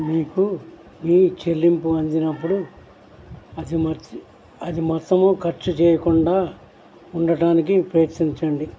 మీకు మీ చెల్లింపు అందినప్పుడు అది మర్చి అది మొత్తము ఖర్చు చేయకుండా ఉండటానికి ప్రయత్నించండి